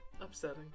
Upsetting